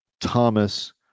Thomas